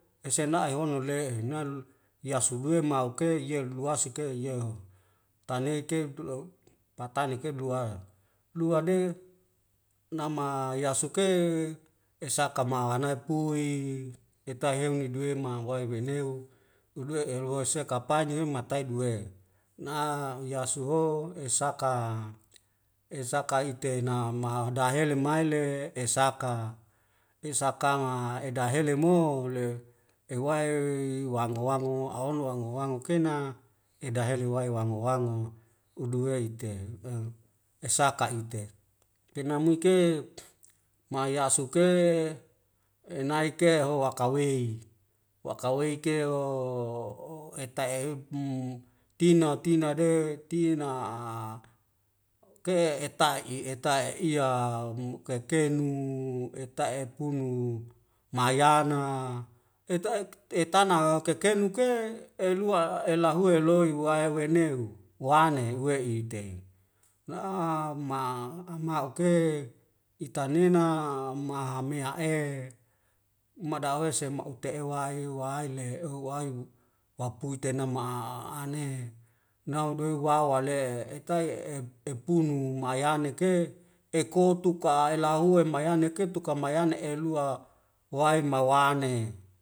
Esenae'e ohonele'e nail yasugue mauk ke yel luwaseke yeho tanei ke dulop patane keu blu a lua de nama yasuke esakama la nai pui etaheum iduwei ma wae weneu ulue'e woisekapaine eum mataide duwe na huyasoho esaka esaka iteina maha dahelem maile esaka esakama edahele mo le ewae wango wango ahono wango wango kenya edahe lewai wango wango uduwei te ehu esaka iutet. penaimuk ke mayasuke enaike ho wakawaei wakawei ke'o o eta eib mu tina tina de tina a keh eta'i eta;i iya mu' kai kenu eta'e punu mayana eta ek etana kekenuk ke elua elahue loi wae waneu wa; ane we'ite na'a ma amahu ke itanena mahamea'e madawese ma'ute'wai wahai le eho wahailu waipute ne ma'aane nauhdewe wawa le etai e epunu mayane ke ekotuk ka elae hue mayane katuka a mayane eh lua wae mawane